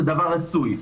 זה דבר רצוי,